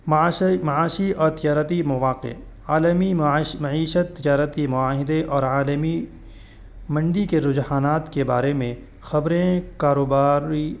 معاشئی معاشی اور تجارتی مواقع عالمی معاش معیشت تجارتی معاہدے اور عالمی منڈی کے رجحانات کے بارے میں خبریں کاروباری